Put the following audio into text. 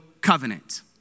covenant